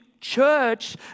church